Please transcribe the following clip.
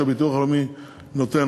שהביטוח הלאומי נותן.